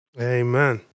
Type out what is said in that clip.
Amen